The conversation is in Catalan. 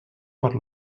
per